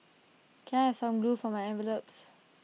can I have some glue for my envelopes